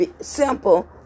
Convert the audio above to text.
simple